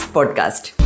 Podcast